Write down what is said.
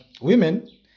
women